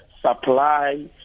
supply